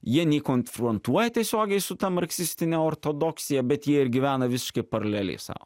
jie nei konfrontuoja tiesiogiai su ta marksistine ortodoksija bet jie ir gyvena visiškai paraleliai sau